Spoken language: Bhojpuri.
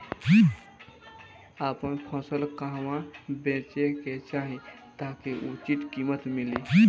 आपन फसल कहवा बेंचे के चाहीं ताकि उचित कीमत मिली?